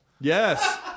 Yes